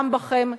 גם בכם,